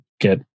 get